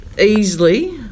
easily